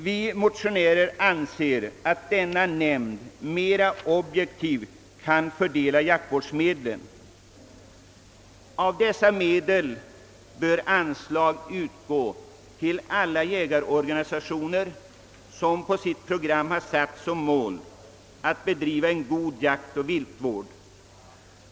Vi motionärer anser att denna nämnd mera objektivt kan fördela jaktvårdsmedlen. Av dessa medel bör anslag utgå till alla jägarorganisationer som på sitt program har satt som mål att bedriva en god jaktoch viltvård.